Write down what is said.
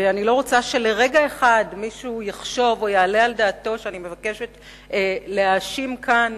ולרגע שלא יעלה מישהו על דעתו שאני מבקשת להאשים כאן